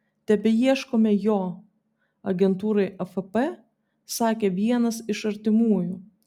tebeieškome jo agentūrai afp sakė vienas iš artimųjų